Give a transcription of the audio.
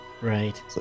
right